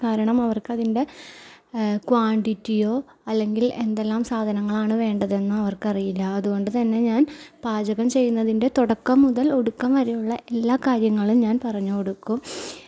കാരണം അവർക്കതിൻ്റെ ക്വാണ്ടിറ്റിയോ അല്ലെങ്കിൽ എന്തെല്ലാം സാധനങ്ങളാണ് വേണ്ടതെന്നവർക്കറിയില്ല അതുകൊണ്ട് തന്നെ ഞാൻ പാചകം ചെയ്യുന്നതിൻ്റെ തുടക്കം മുതൽ ഒടുക്കം വരെയുള്ള എല്ലാ കാര്യങ്ങളും ഞാൻ പറഞ്ഞുകൊടുക്കും